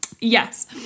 yes